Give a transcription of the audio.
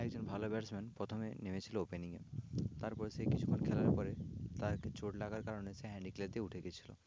একজন ভালো ব্যাটসম্যান প্রথমে নেমেছিলো ওপেনিং এ তারপরে সে কিছুক্ষণ খেলার পরে তার একটি চোট লাগার কারণে সে হ্যান্ড ডিক্লেয়ার দিয়ে উঠে গিয়েছিলো